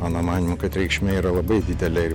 mano manymu kad reikšmė yra labai didelė